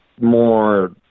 more